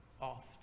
often